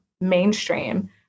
mainstream